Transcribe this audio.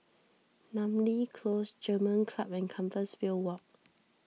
Namly Close German Club and Compassvale Walk